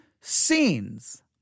scenes